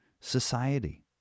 society